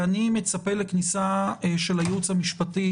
אני מצפה לכניסה של הייעוץ המשפטי